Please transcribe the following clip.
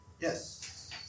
Yes